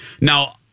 Now